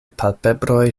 palpebroj